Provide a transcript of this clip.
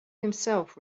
himself